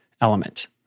element